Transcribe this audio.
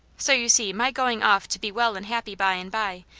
so you see my going off to be well and happy by-and-by,